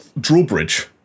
Drawbridge